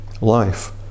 life